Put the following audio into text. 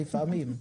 לפעמים.